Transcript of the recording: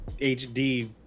HD